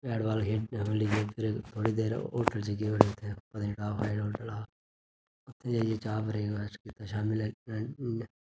bat ball खेढदे होई उद्धर थोह्ड़ी देर होटल च गे उठी उत्थै पत्नीटॉप हा जेह्ड़ा होटल हा उत्थै जाइयै चाह् ब्रेक फास्ट कीता शामी लै